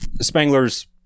Spangler's